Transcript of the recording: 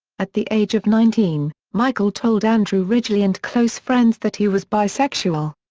at the age of nineteen michael told andrew ridgeley and close friends that he was bisexual.